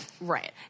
right